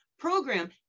program